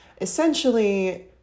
essentially